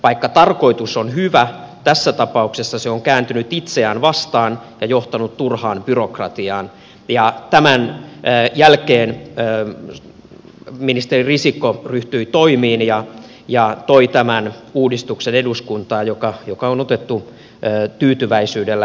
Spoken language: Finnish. vaikka tarkoitus on hyvä on se tässä tapauksessa kääntynyt itseään vastaan ja johtanut turhaan byrokratiaan ja tämän jälkeen ministeri risikko ryhtyi toimiin ja toi tämän uudistuksen eduskuntaan ja se on otettu tyytyväisyydellä vastaan